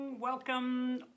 welcome